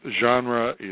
genre